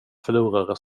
förlorare